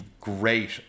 great